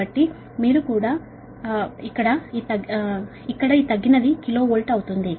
కాబట్టి ఈ తగ్గినది కూడా కిలో వోల్ట్ అవుతుంది